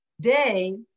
day